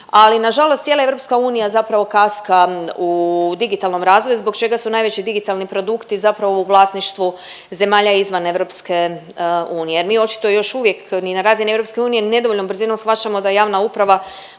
ali na žalost cijela EU zapravo kaska u digitalnom razvoju zbog čega su najveći digitalni produkti zapravo u vlasništvu zemalja izvan EU. Jer mi očito još uvijek ni na razini EU nedovoljnom brzinom shvaćamo da javna uprava